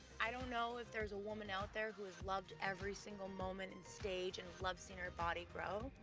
i don't know if there's a woman out there who has loved every single moment and stage and loved seeing her body grow.